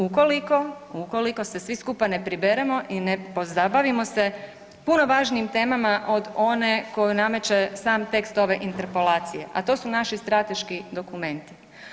Ukoliko se svi skupa ne priberemo i ne pozabavimo se puno važnijim temama od one koju nameće sam tekst ove interpelacije, a to su naši strateški dokumenti.